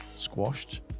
Squashed